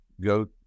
go